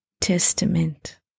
Testament